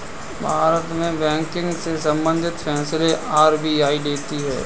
भारत में बैंकिंग से सम्बंधित फैसले आर.बी.आई लेती है